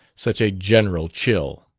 such a general chill!